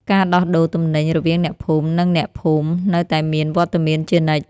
ការដោះដូរទំនិញរវាងអ្នកភូមិ និងអ្នកភូមិ នៅតែមានវត្តមានជានិច្ច។